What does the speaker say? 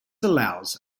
allows